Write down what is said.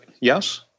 yes